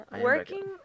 Working